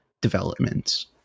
developments